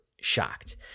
shocked